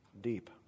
deep